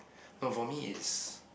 no for me is